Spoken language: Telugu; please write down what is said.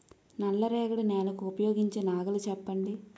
నల్ల రేగడి నెలకు ఉపయోగించే నాగలి చెప్పండి?